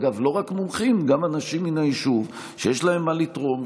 אגב לא רק מומחים אלא גם אנשים מהיישוב שיש להם מה לתרום,